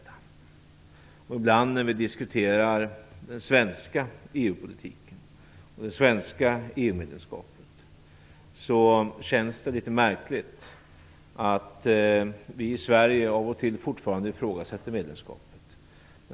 Det känns litet märkligt att vi, när vi diskuterar den svenska EU-politiken och det svenska EU-medlemskapet av och till fortfarande ifrågasätter EU-medlemskapet.